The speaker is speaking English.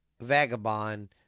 vagabond